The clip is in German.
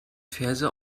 verse